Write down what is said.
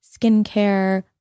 skincare